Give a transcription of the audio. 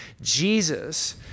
Jesus